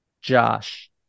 Josh